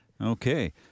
Okay